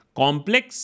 complex